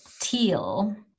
teal